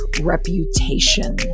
reputation